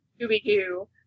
Scooby-Doo